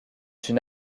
une